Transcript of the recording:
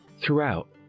Throughout